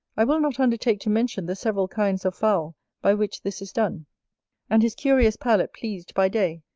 i will not undertake to mention the several kinds of fowl by which this is done and his curious palate pleased by day,